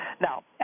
Now